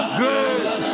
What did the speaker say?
grace